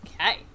okay